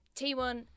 T1